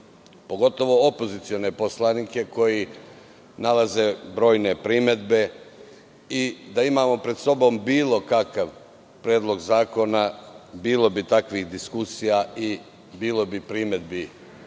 pogotovo opozicione poslanike koji nalaze brojne primedbe. Da imamo pred sobom bilo kakav predlog zakona, bilo bi takvih diskusija i bilo bi primedbi